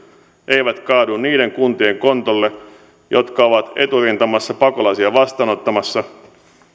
eivät kaadu niiden kuntien kontolle jotka ovat eturintamassa pakolaisia vastaanottamassa